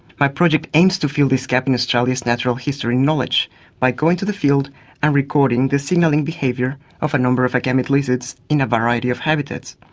my project aims to fill this gap in australia's natural history knowledge by going to the field and recording the signalling behaviour of a number of agamid lizards in a variety of habitats,